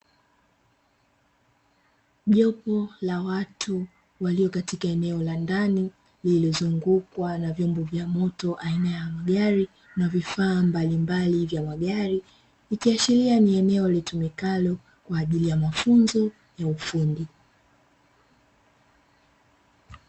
Jopo la watu walio katika eneo la ndani, lililozungukwa na vyombo vya moto aina ya magari na vifaa mbalimbali vya magari, ikiashiria ni eneo litumikalo kwa ajili ya mafunzo ya ufundi.